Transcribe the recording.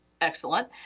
excellent